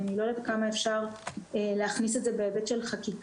אני לא יודעת כמה אפשר להכניס את זה בהיבט של חקיקה,